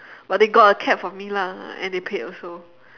but they got a cab for me lah and they paid also